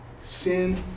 Sin